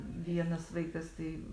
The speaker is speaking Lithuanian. vienas vaikas tai